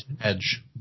Edge